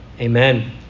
Amen